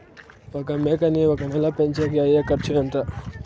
ఒక మేకని ఒక నెల పెంచేకి అయ్యే ఖర్చు ఎంత?